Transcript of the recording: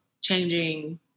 changing